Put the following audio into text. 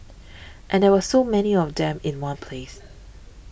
and there were so many of them in one place